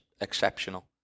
exceptional